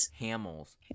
Hamels